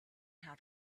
how